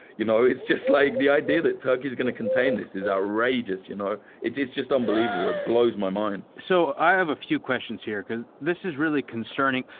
you know it's just like the idea that turkey is going to contain this is outrageous, you know it's it's just unbelievable, it blows my mind. so i have a few questions here because this is really concerning.